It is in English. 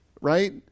right